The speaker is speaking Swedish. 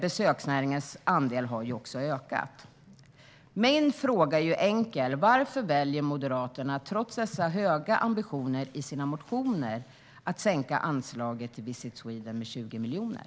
Besöksnäringens andel har också ökat. Min fråga är enkel: Varför väljer Moderaterna, trots dessa höga ambitioner i sina motioner, att sänka anslaget till Visit Sweden med 20 miljoner?